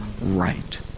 right